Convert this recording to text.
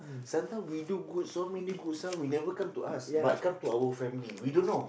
sometime we do good so many good ah will never come to us but come to our family we don't know